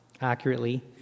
accurately